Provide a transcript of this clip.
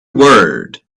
word